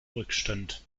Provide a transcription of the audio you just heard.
rückstand